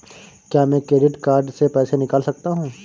क्या मैं credit card से पैसे निकाल सकता हूँ?